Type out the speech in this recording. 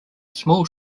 small